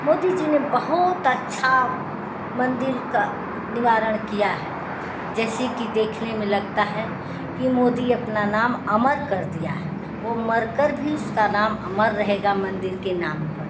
मोदी जी ने बहुत अच्छा मंदिल का निवारण किया है जैसे कि देखने में लगता है कि मोदी अपना नाम अमर कर दिया है वो मर कर भी उसका नाम अमर रहेगा मंदिर के नाम पर